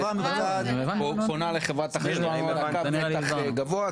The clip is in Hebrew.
חברה מבצעת פונה לחברת החשמל: יש קו מתח גבוה,